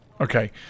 Okay